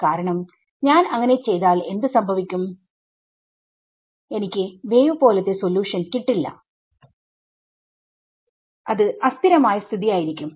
കാരണം ഞാൻ അങ്ങനെ ചെയ്താൽ എന്ത് സംഭവിക്കും എനിക്ക് വേവ് പോലത്തെ സൊല്യൂഷൻ കിട്ടില്ല അത് അസ്ഥിരമായ സ്ഥിതി ആയിരിക്കും